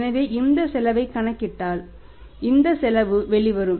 எனவே இந்த செலவைக் கணக்கிட்டால் இந்த செலவு வெளிவரும்